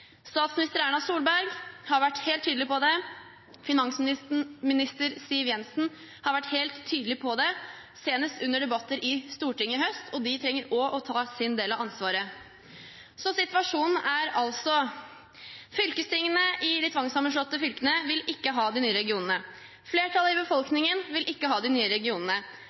Statsminister Erna Solberg har vært helt tydelig på det, finansminister Siv Jensen har vært helt tydelig på det, senest under debatter i Stortinget i høst, og de må også ta sin del av ansvaret. Situasjonen er altså: Fylkestingene i de tvangssammenslåtte fylkene vil ikke ha de nye regionene. Flertallet i befolkningen vil ikke ha de nye regionene.